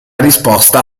risposta